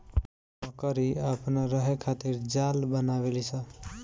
मकड़ी अपना रहे खातिर जाल बनावे ली स